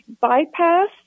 bypass